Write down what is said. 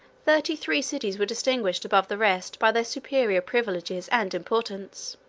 thirty-three cities were distinguished above the rest by their superior privileges and importance.